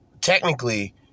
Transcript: technically